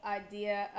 idea